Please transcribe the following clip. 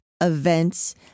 events